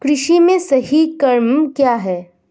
कृषि में सही क्रम क्या है?